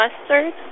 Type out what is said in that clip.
Mustard